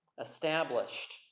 established